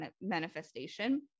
manifestation